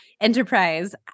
enterprise